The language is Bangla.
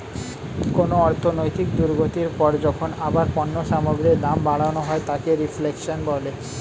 কোনো অর্থনৈতিক দুর্গতির পর যখন আবার পণ্য সামগ্রীর দাম বাড়ানো হয় তাকে রিফ্লেশন বলে